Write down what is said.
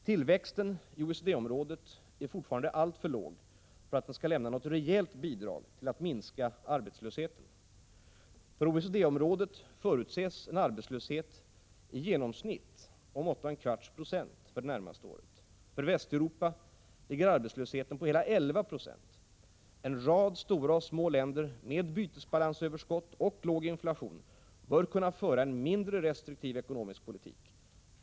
Tillväxten i OECD-området är fortfarande alltför låg för att den skall lämna något rejält bidrag till att minska arbetslösheten. För OECD-området förutses en arbetslöshet på i genomsnitt 8 1/4 26 för det närmaste året. För Västeuropa ligger arbetslösheten på hela 11 96. En rad stora och små länder med bytesbalansöverskott och låg inflation bör kunna föra en mindre restriktiv ekonomisk politik.